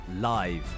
live